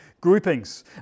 groupings